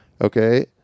Okay